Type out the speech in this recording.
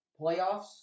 Playoffs